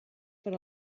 per